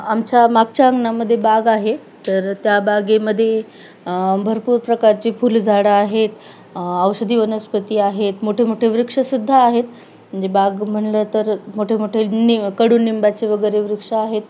आमच्या मागच्या अंगणामध्ये बाग आहे तर त्या बागेमध्ये भरपूर प्रकारचे फुलझाडं आहेत औषधी वनस्पती आहेत मोठे मोठे वृक्षसुद्धा आहेत म्हणजे बाग म्हणलं तर मोठे मोठे नि कडुनिंबाचे वगैरे वृक्ष आहेत